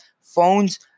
phones